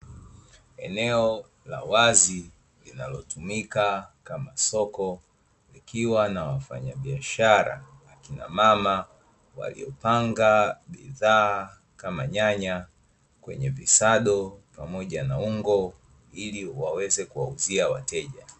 Eneo la wazi linalotumika kama soko, kukiwa na wafanyabiashara, kina mama waliopanga bidhaa kama nyanya, kwenye visado pamoja na ungo ili waweze kuwauzia wateja.